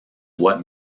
what